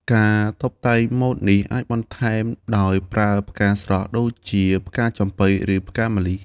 ការតុបតែងម៉ូតនេះ អាចបន្ថែមដោយប្រើផ្កាស្រស់ ដូចជាផ្កាចំប៉ី ឬផ្កាម្លិះ។